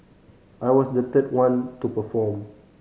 I was the third one to perform